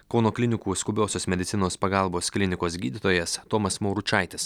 kauno klinikų skubiosios medicinos pagalbos klinikos gydytojas tomas mauručaitis